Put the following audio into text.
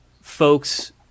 folks